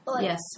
Yes